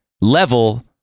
level